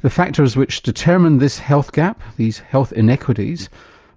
the factors which determine this health gap, these health inequities